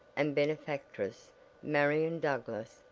and benefactress marian douglass,